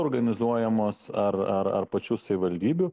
organizuojamos ar ar ar pačių savivaldybių